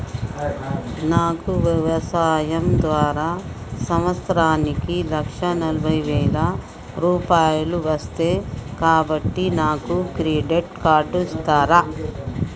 నాకు వ్యవసాయం ద్వారా సంవత్సరానికి లక్ష నలభై వేల రూపాయలు వస్తయ్, కాబట్టి నాకు క్రెడిట్ కార్డ్ ఇస్తరా?